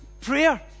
prayer